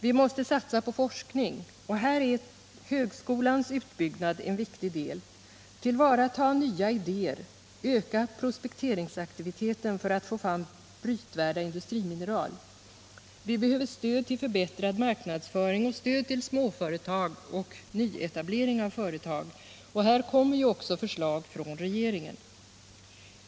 Vi måste satsa på forskning — här är högskolans utbyggnad en viktig del —, tillvarata nya ideer, öka prospekteringsaktiviteten för att få fram brytvärda industrimineral, stödja en förbättrad marknadsföring och stödja småföretag och nyetablering av företag. Här kommer också förslag från regeringen.